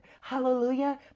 Hallelujah